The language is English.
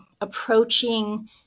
approaching